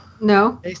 No